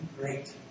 great